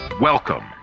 Welcome